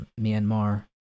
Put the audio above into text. Myanmar